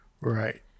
Right